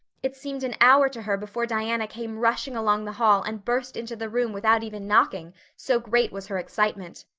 it seemed an hour to her before diana came rushing along the hall and burst into the room without even knocking, so great was her excitement.